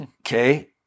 okay